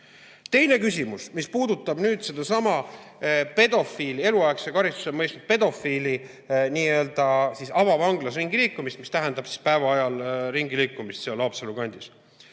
Teine küsimus puudutab sedasama pedofiili, eluaegse karistuse saanud pedofiili n-ö avavanglas ringi liikumist, mis tähendab päeva ajal ringi liikumist seal Haapsalu kandis.